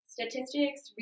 Statistics